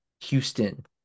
Houston